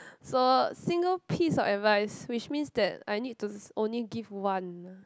so single piece of advice which means that I need to only give one ah